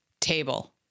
table